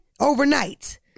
Overnight